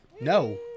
no